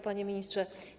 Panie Ministrze!